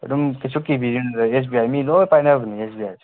ꯑꯗꯨꯝ ꯀꯩꯁꯨ ꯀꯤꯕꯤꯔꯨꯅꯨꯗ ꯑꯦꯁ ꯕꯤ ꯑꯥꯏ ꯃꯤ ꯂꯣꯏꯅ ꯄꯥꯏꯅꯕꯅꯤ ꯑꯦꯁ ꯕꯤ ꯑꯥꯏ